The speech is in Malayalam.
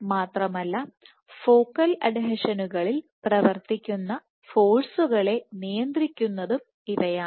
മാത്രമല്ല ഫോക്കൽ അഡ്ഹീഷനുകളിൽ പ്രവർത്തിക്കുന്ന ഫോഴ്സുകളെ നിയന്ത്രിക്കുന്നതും ഇവയാണ്